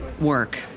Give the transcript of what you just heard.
work